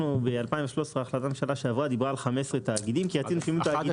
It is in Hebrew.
אנחנו ב-2013 החלטת ממשלה שעברה דיברה על 15 תאגידים כי- -- 11.